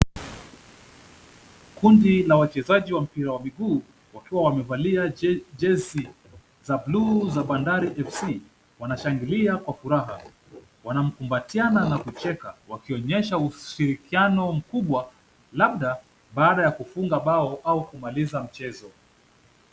Kundi la wachezaji wa mpira wa miguu wakiwa wamevalia jezi za buluu za Bandari FC wanashangilia kwa furaha. Wanamkumbatiana na kucheka wakionyesha ushirikiano mkubwa labda baada ya kufunga mbao au kumaliza mchezo.